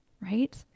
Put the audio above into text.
right